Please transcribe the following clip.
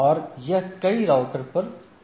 और यह कई राउटर पर जा सकता है